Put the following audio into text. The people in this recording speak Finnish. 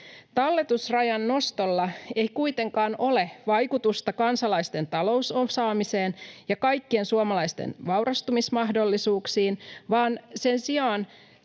Talletusrajan nostolla ei kuitenkaan ole vaikutusta kansalaisten talousosaamiseen ja kaikkien suomalaisten vaurastumismahdollisuuksiin, vaan sen sijaan